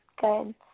good